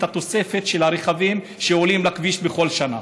התוספת של הרכבים שעולים לכביש בכל שנה.